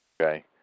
Okay